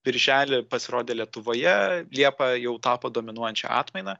birželį pasirodė lietuvoje liepą jau tapo dominuojančia atmaina